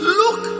look